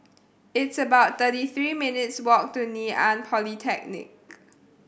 it's about thirty three minutes' walk to Ngee Ann Polytechnic